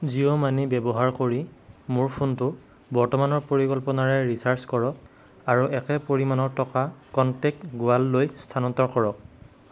Jio money ব্যৱহাৰ কৰি মোৰ ফোনটো বৰ্তমানৰ পৰিকল্পনাৰে ৰিচাৰ্জ কৰক আৰু একে পৰিমাণৰ টকা কনটেক্ট গুৱাললৈ স্থানান্তৰ কৰক